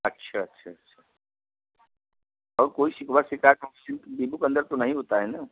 अच्छा अच्छा अच्छा और कोई शिकवा शिकायत बीबो के अंदर तो नहीं होता है न